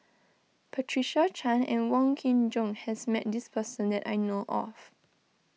Patricia Chan and Wong Kin Jong has met this person that I know of